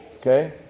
okay